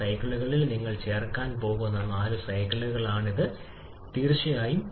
𝑊𝑛𝑒𝑡 𝐹𝐴 𝑎𝑟𝑒𝑎 1 − 2 − 3′ − 4′′ − 1 ഈ പ്രദേശം തീർച്ചയായും വളരെ ചെറുതാണ്